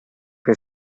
che